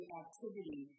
activity